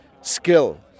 skill